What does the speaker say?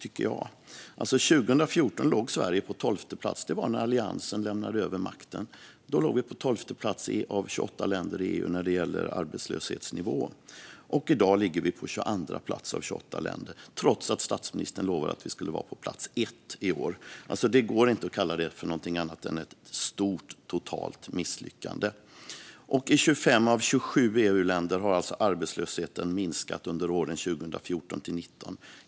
År 2014 låg Sverige på 12:e plats av 28 länder i EU vad gäller arbetslöshetsnivån. Det var när Alliansen lämnade över makten. I dag ligger vi på 22:a plats av 28 länder, trots att statsministern lovade att vi i år skulle ligga på första plats. Man kan inte kalla detta för något annat än ett totalt misslyckande. I 25 av 27 EU-länder har arbetslösheten minskat under åren 2014-2019.